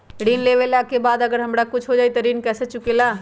ऋण लेला के बाद अगर हमरा कुछ हो जाइ त ऋण कैसे चुकेला?